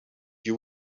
you